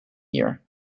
year